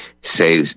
say